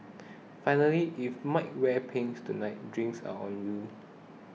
finally if Mike wears pink tonight drinks are on you